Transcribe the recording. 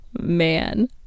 Man